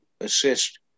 assist